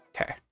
okay